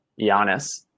Giannis